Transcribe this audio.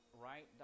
right